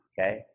Okay